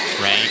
right